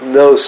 no